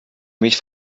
mich